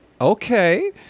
okay